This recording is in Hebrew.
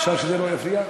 אפשר שזה לא יפריע?